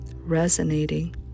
resonating